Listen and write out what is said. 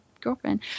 girlfriend